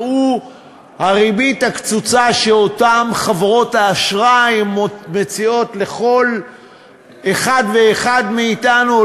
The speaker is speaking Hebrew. ראו הריבית הקצוצה שאותן חברות האשראי מציעות לכל אחד ואחד מאתנו.